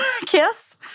kiss